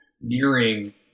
nearing